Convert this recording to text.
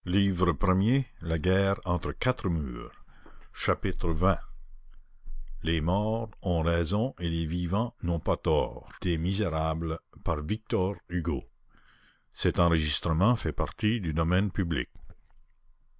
chapitre xx les morts ont raison et les vivants n'ont pas tort l'agonie de